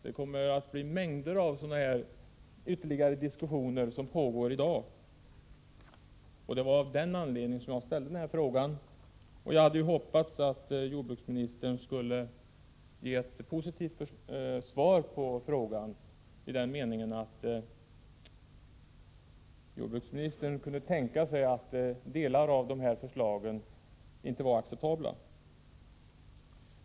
Det kommer att bli mängder av diskussioner liknande dem som pågår i dag. Det var av den anledningen som jag ställde den här frågan. Jag hade hoppats att jordbruksministern skulle ge ett positivt svar på frågan, i den meningen att jordbruksministern kunde tänka sig att delar av dessa förslag inte var acceptabla.